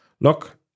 look